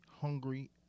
hungry